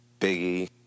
Biggie